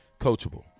coachable